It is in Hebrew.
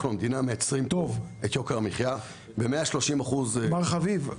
אנחנו המדינה מייצרים את יוקר המחייה ב 130%. טוב מר חביב,